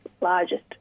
largest